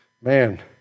Man